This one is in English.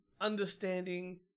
understanding